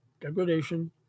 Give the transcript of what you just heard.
degradation